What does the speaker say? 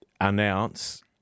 announce